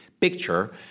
picture